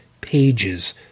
pages